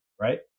Right